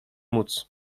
móc